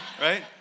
Right